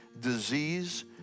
disease